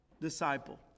disciple